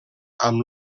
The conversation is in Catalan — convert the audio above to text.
amb